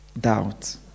doubt